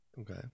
okay